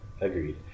Agreed